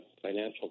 financial